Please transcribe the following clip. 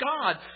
God